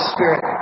Spirit